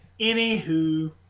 Anywho